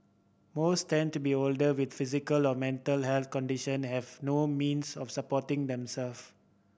most tend to be older with physical or mental health condition and have no means of supporting themself